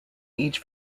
each